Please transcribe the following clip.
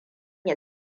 ya